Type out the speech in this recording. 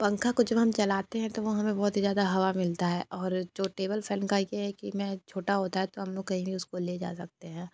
पंखा को जब हम चलाते हैं तो वो हमें बहुत ही ज़्यादा हवा मिलता है और जो टेबल फै़न का ये है कि मैं छोटा होता है तो हम लोग कहीं भी उसको ले जा सकते हैं